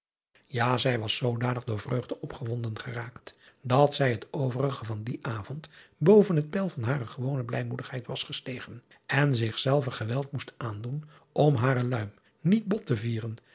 a zij was zoodanig door vreugde opgewonden geraakt dat zij het overige van dien avond boven het peil van hare gewone driaan oosjes zn et leven van illegonda uisman blijmoedigheid was gestegen en zich zelve geweld moest aandoen om hare luim niet bot te vieren